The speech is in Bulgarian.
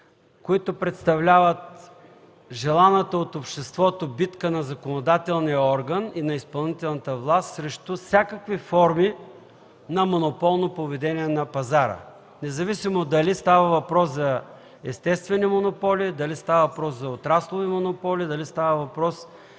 които представляват желаната от обществото битка на законодателния орган и изпълнителната власт срещу всякакви форми на монополно поведение на пазара, независимо дали става въпрос за естествени монополи, за отраслови монополи, за картелни